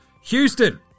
Houston